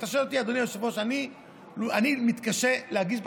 אתה שואל אותי, אדוני היושב-ראש?